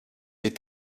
des